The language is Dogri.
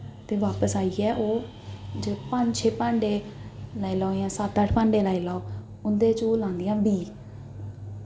ते बापस आइयै ओह् पंज छे भांडे लाई लैओ जां सत्त अट्ठ भांडे लाई लैओ उं'दे च ओह् लांदियां बीऽ